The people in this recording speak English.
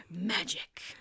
Magic